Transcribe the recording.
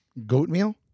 Goatmeal